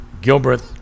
Gilbreth